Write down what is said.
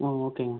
ஆ ஓகேங்க